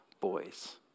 boys